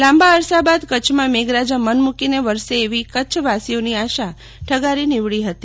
લાંબા અરસા બાદ કચ્છમાં મેઘરાજા મન મુકીને વરસે એવી કચ્છવાસીઓની આશા ઠગારી નીવડી હતી